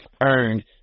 earned